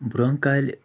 برٛونٛہہ کالہِ